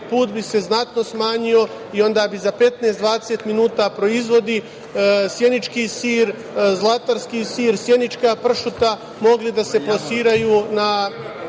put se znatno smanjio i onda bi za 15, 20 minuta proizvodi - sjenički sir, zlatarski sir, sjenička pršuta mogli da se plasiraju u